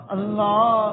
Allah